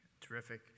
Terrific